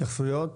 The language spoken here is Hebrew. התייחסויות?